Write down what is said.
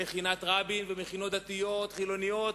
במכינת רבין, במכינות דתיות או חילוניות,